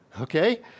Okay